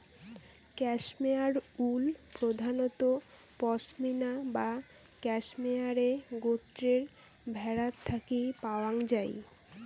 cashmere wool প্রধানত পসমিনা বা ক্যাশমেয়ারে গোত্রের ভ্যাড়াত থাকি পাওয়াং যাই